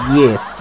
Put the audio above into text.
yes